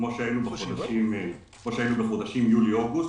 כמו שהיינו בחודשים יולי אוגוסט,